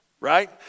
right